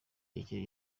igihe